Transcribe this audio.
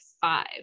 five